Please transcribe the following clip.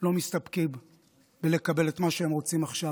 לא מסתפקים בלקבל את מה שהם רוצים עכשיו.